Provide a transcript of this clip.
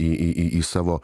į į į į savo